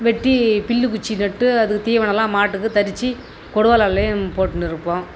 வெட்டி புல்லு குச்சி நட்டு அதுக்கு தீவனம்லாம் மாட்டுக்கு தரிச்சி கொடுவாளாலேயே போட்டுன்னு இருப்போம்